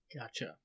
Gotcha